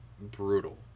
brutal